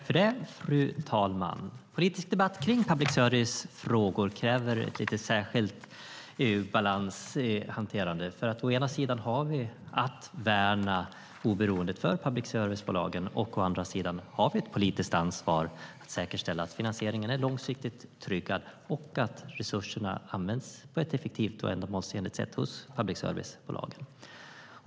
Fru talman! Politisk debatt om public service-frågor kräver en särskild balans i hanterandet. Å ena sidan har vi att värna oberoendet för public service-företagen. Å andra sidan har vi ett politiskt ansvar för att säkerställa att finansieringen är långsiktigt tryggad och att resurserna används på ett effektivt och ändamålsenligt sätt hos public service-bolagen.